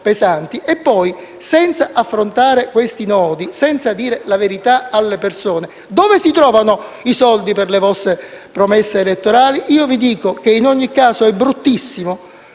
e poi, senza affrontare questi nodi e senza dire la verità alle persone, dove si trovano i soldi per le vostre promesse elettorali? Io vi dico che in ogni caso è bruttissimo;